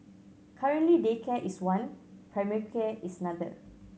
currently daycare is one primary care is another